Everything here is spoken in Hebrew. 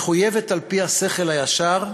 מחויבת על-פי השכל הישר,